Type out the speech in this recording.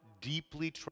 deeply